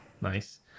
Nice